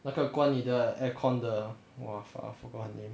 那个关你的 aircon the !wah! fuck I forgot her name